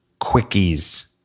Quickies